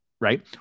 right